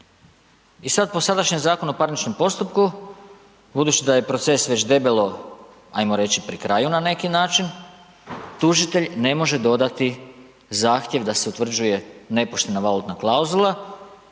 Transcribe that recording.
I sad po sadašnjem ZPP-u, budući da je proces već debelo ajmo reći pri kraju na neki način, tužitelj ne može dodati zahtjev da se utvrđuje nepoštena valutna klauzula